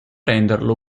renderlo